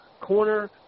corner